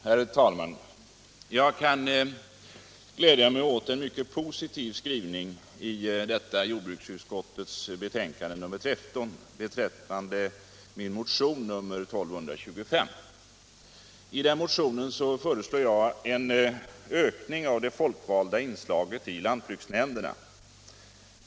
Herr talman! Jag kan glädja mig åt en mycket positiv skrivning i detta jordbruksutskottets betänkande nr 13 beträffande min motion 1225. I motionen föreslår jag en ökning av det folkvalda inslaget i lantbruksnämnderna.